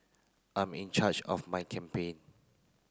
I'm in charge of my campaign